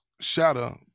shatter